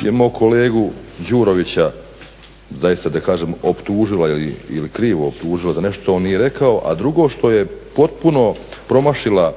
je mog kolegu Đurovića zaista da kažem optužila ili krivo optužila za nešto što on nije rekao, a drugo što je potpuno promašila